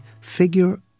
figure